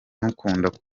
mukunda